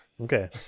okay